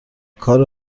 کار